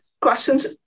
questions